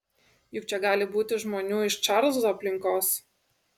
juk čia gali būti žmonių iš čarlzo aplinkos